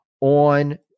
on